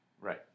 Right